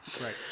Right